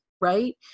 right